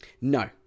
no